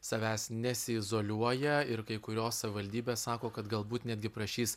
savęs nesiizoliuoja ir kai kurios savivaldybės sako kad galbūt netgi prašys